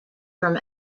from